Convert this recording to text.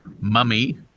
Mummy